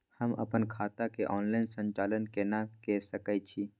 हम अपन खाता के ऑनलाइन संचालन केना के सकै छी?